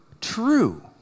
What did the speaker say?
true